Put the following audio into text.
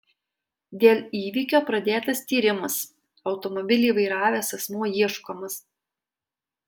dėl įvykio pradėtas tyrimas automobilį vairavęs asmuo ieškomas